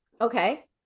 Okay